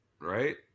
right